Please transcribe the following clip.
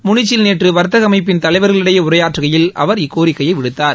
முளிச்சில் நேற்று வர்த்தக அமைப்பின் தலைவர்களிடையே உரையாற்றுகையில் அவர் இக்கோரிக்கையை விடுத்தார்